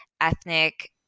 ethnic